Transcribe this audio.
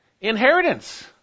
Inheritance